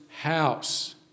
house